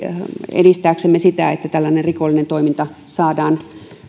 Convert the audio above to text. edistääksemme sitä että tällainen rikollinen toiminta saadaan